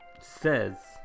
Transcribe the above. Says